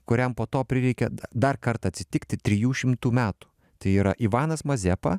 kuriam po to prireikė dar kartą atsitikti trijų šimtų metų tai yra ivanas mazepa